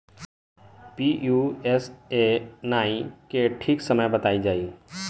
Pusa nine के ठीक समय बताई जाई?